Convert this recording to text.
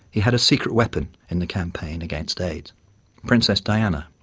he had a secret weapon in the campaign against aids princess diana.